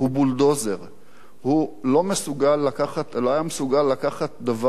הוא לא היה מסוגל לקחת דבר מנקודה לנקודה